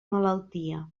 malaltia